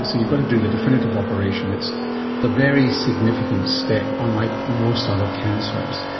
so you got to do the definitive operation. it's a very significant step, unlike most other cancers.